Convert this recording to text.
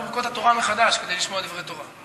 את התורה מחדש כדי לשמוע דברי תורה.